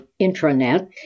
intranet